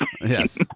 Yes